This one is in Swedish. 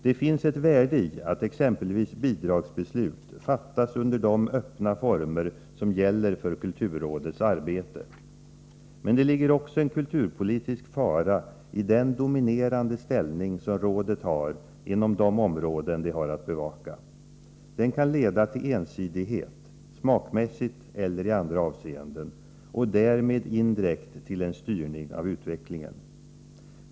Det finns ett värde i att exempelvis bidragsbeslut fattas under de öppna former som gäller för kulturrådets arbete. Men det ligger också en kulturpolitisk fara i den dominerande ställning som rådet har inom de områden det har att bevaka. Den kan leda till ensidighet — smakmässigt eller i andra avseenden — och därmed indirekt till en styrning av utvecklingen.